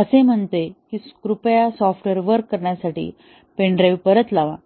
असे म्हणते की कृपया सॉफ्टवेअर वर्क करण्यासाठी पेन ड्राईव्ह परत लावा